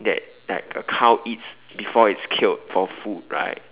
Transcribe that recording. that like a cow eats before it's killed for food right